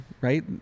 right